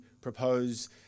propose